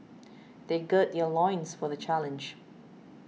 they gird their loins for the challenge